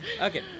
okay